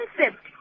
concept